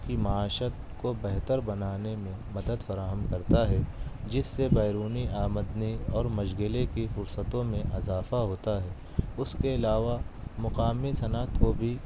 معاشرت کو بہتر بنانے میں مدد فراہم کرتا ہے جس سے بیرونی آمدنی اور مشغلے کی فرصتوں میں اضافہ ہوتا ہے اس کے علاوہ مقامی صنعت کو بھی